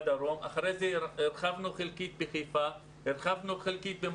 בדרום ואחר כך הרחבנו חלקית בחיפה,